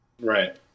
Right